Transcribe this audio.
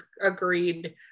Agreed